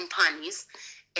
companies